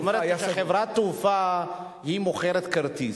זאת אומרת שכשחברת תעופה מוכרת כרטיס,